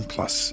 Plus